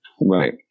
Right